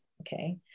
Okay